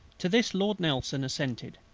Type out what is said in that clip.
to this lord nelson assented,